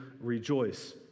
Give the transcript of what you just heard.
rejoice